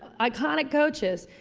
iconic coaches.